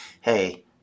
hey